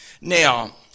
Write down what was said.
Now